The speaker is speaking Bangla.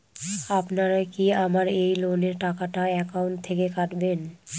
আপনারা কি আমার এই লোনের টাকাটা একাউন্ট থেকে কাটবেন?